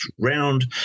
round